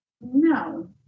No